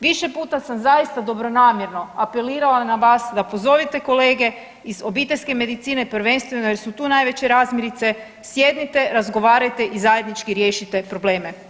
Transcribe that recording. Više puta sam zaista dobronamjerno apelirala na vas da pozovete kolege iz obiteljske medicine prvenstveno jer su tu najveće razmirice, sjednite, razgovarajte i zajednički riješite probleme.